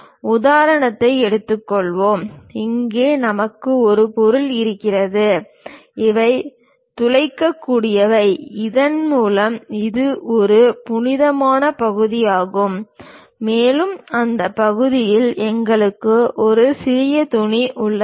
ஒரு உதாரணத்தை எடுத்துக் கொள்வோம் இங்கே நமக்கு ஒரு பொருள் இருக்கிறது இவை துளைக்கக்கூடியவை இதன் மூலம் இது ஒரு புனிதமான பகுதியாகும் மேலும் அந்த பக்கத்தில் எங்களுக்கு ஒரு சிறிய துணி உள்ளது